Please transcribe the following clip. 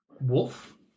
wolf